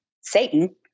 Satan